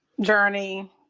journey